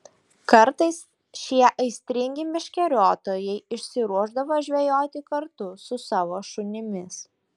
kartais šie aistringi meškeriotojai išsiruošdavo žvejoti kartu su savo šunimis